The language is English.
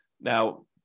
Now